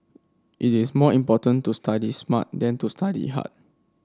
it is more important to study smart than to study hard